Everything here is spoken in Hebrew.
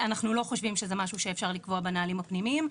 אנחנו לא חושבים שזה משהו שאפשר לקבוע בנהלים הפנימיים.